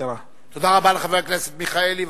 תודה רבה לחבר הכנסת מיכאלי.